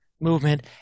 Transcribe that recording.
movement